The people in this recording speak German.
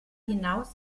hinaus